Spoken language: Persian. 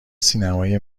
سینمای